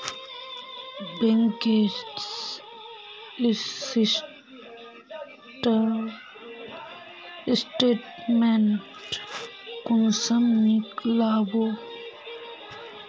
Bank के statement कुंसम नीकलावो?